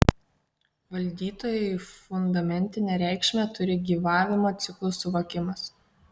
valdytojui fundamentinę reikšmę turi gyvavimo ciklų suvokimas